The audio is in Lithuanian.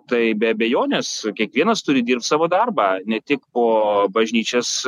tai be abejonės kiekvienas turi dirbt savo darbą ne tik po bažnyčias